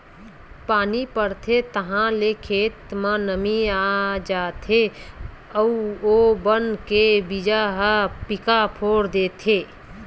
पानी परथे ताहाँले खेत म नमी आ जाथे अउ ओ बन के बीजा ह पीका फोरथे